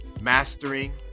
mastering